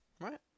Right